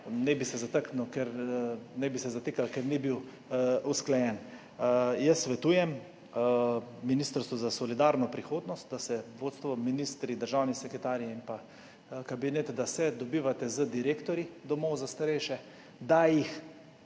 Naj bi se zataknilo, ker ni bil usklajen. Jaz svetujem Ministrstvu za solidarno prihodnost, da se vodstvo, ministri, državni sekretarji in kabinet dobivate z direktorji domov za starejše, da jih